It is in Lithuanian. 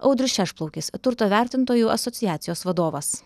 audrius šešplaukis turto vertintojų asociacijos vadovas